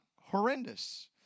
horrendous